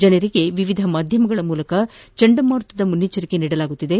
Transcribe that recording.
ಜನರಿಗೆ ವಿವಿಧ ಮಾಧ್ಯಮಗಳ ಮೂಲಕ ಚಂಡಮಾರುತದ ಮುನ್ನೆಚ್ಚರಿಕೆ ನೀಡಲಾಗುತ್ತಿದೆ